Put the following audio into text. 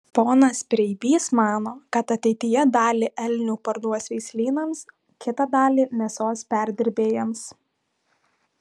ponas preibys mano kad ateityje dalį elnių parduos veislynams kitą dalį mėsos perdirbėjams